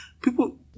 People